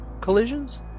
collisions